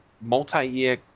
multi-year